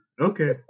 Okay